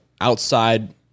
outside